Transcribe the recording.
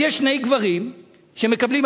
יש שני גברים שמקבלים,